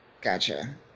Gotcha